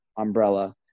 umbrella